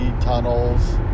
tunnels